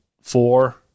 four